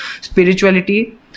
spirituality